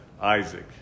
isaac